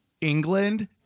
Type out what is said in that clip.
England